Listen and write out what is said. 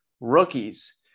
rookies